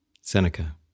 Seneca